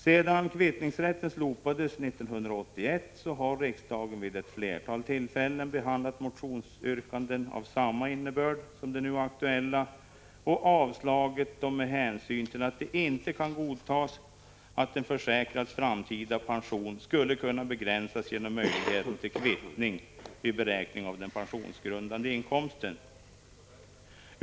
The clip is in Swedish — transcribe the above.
Sedan kvittningsrätten slopades 1981 har riksdagen vid ett flertal tillfällen behandlat motionsyrkanden med samma innebörd som de nu aktuella och avslagit dem med hänsyn till att det inte kan godtas att en försäkrads framtida pension skulle kunna begränsas genom möjligheten till kvittning vid beräkning av den pensionsgrundande inkomsten.